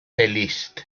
liszt